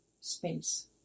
space